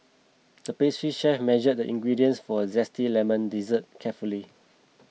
the pastry chef measured the ingredients for a Zesty Lemon Dessert carefully